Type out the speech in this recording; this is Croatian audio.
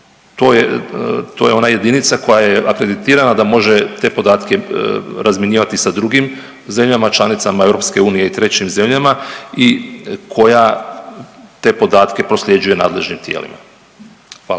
to je ona jedinica koja je akreditirana da može te podatke razmjenjivati sa drugim zemljama članicama EU i trećim zemljama i koja te podatke prosljeđuje nadležnim tijelima. Hvala.